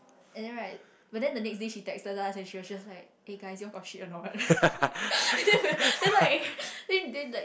and then right but then the next day she texted us and then she was just like eh guys you all got shit or not then like then then like